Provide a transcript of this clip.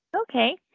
Okay